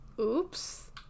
Oops